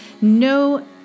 No